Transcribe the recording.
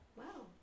wow